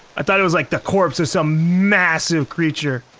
i thought it was like the corpse of some massive creature.